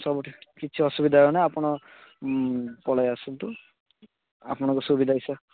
ସବୁ ଠିକ କିଛି ଅସୁବିଧା ହେବନି ଆପଣ ପଳେଇ ଆସନ୍ତୁ ଆପଣଙ୍କ ସୁବିଧା ହିସାରେ